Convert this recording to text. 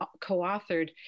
co-authored